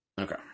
Okay